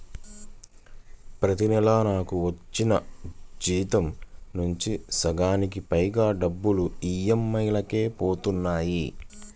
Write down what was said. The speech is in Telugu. ప్రతి నెలా నాకు వచ్చిన జీతం నుంచి సగానికి పైగా డబ్బులు ఈ.ఎం.ఐ లకే పోతన్నాయి